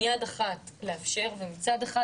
עם יד אחת לאפשר מצד אחד,